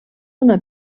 una